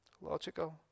Logical